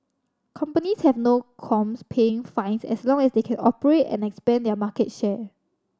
companies have no qualms paying fines as long as they can operate and expand their market share